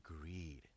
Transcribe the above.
greed